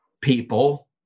people